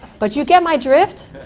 but you get my drift